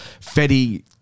Fetty